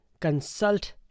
Consult